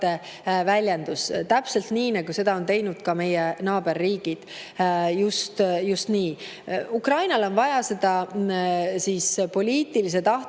väljendus, täpselt nii, nagu seda on teinud ka meie naaberriigid. Ukrainale on vaja seda poliitilise tahte